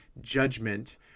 judgment